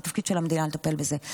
זה התפקיד של המדינה לטפל בזה.